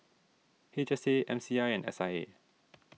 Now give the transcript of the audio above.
H S A M C I and S I A